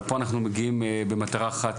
אבל פה אנחנו מגיעים במטרה אחת,